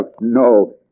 no